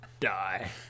Die